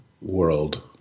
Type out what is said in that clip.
world